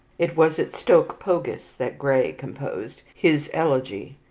it was at stoke pogis that gray composed his elegy.